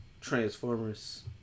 Transformers